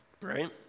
right